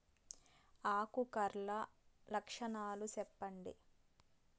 ఆకు కర్ల లక్షణాలు సెప్పండి